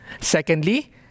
Secondly